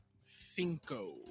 Cinco